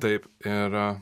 taip ir